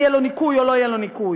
אם יהיה לו ניכוי או לא יהיה לו ניכוי,